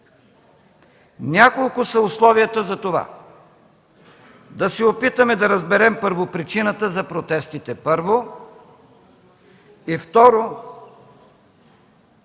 Няколко са условията за това: да се опитаме да разберем първо причината за протестите – първо, и, второ,